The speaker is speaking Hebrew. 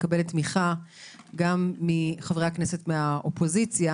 מקבלת תמיכה מחברי הכנסת מהאופוזיציה,